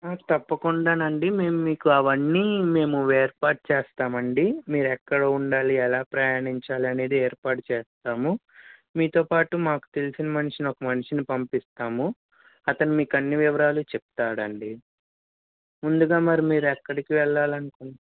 ఆ తప్పకుండాను అండి మేము మీకు అవన్నీ మేము ఏర్పాటు చేస్తామండి మీరు ఎక్కడ ఉండాలి ఎలా ప్రయాణించాలి అనేది ఏర్పాటు చేస్తాము మీతో పాటు మాకు తెలిసిన మనిషిని ఒక మనిషిని పంపిస్తాము అతను మీకు అన్ని వివరాలు చెప్తాడు అండి ముందుగా మరి మీరు ఎక్కడకి వెళ్ళాలను